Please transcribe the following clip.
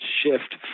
shift